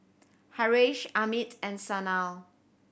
Haresh Amit and Sanal